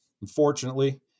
Unfortunately